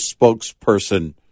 spokesperson